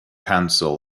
council